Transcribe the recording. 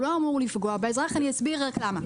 הוא לא אמור לפגוע באזרח ואני אסביר למה.